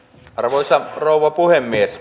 arvoisa rouva puhemies